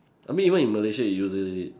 I mean even in Malaysia it uses it